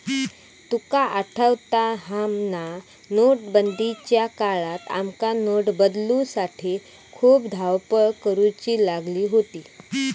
तुका आठवता हा ना, नोटबंदीच्या काळात आमका नोट बदलूसाठी खूप धावपळ करुची लागली होती